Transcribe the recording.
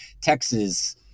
Texas